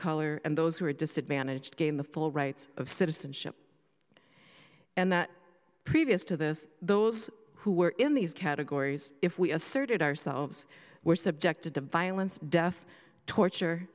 color and those who are disadvantaged gain the full rights of citizenship and that previous to this those who were in these categories if we asserted ourselves were subjected to violence death torture